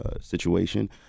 situation